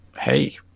hey